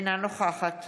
אינה נוכחת